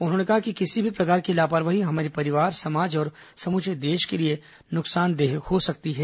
उन्होंने कहा कि किसी भी प्रकार की लापरवाही हमारे परिवार समाज और समूचे देश के लिए नुकसानदायक हो सकती है